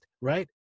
right